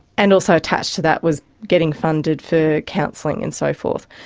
and also attached to that was getting funded for counselling and so forth.